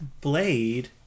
Blade